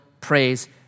praise